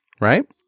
right